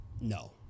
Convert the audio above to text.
No